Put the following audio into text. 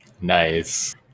Nice